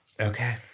okay